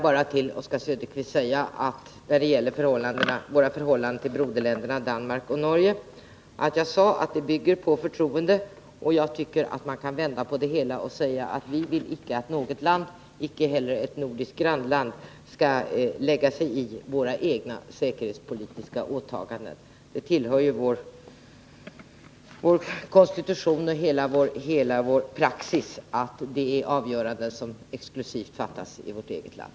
När det gäller våra förhållanden till broderländerna Danmark och Norge sade jag, Oswald Söderqvist, att de bygger på förtroende. Man kan också vända på det hela och säga att vi vill inte att något land, icke heller ett nordiskt grannland, skall lägga sig i våra säkerhetspolitiska åtaganden. Det tillhör vår praxis att sådana avgöranden fattas exklusivt av vårt eget land.